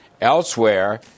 Elsewhere